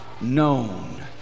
known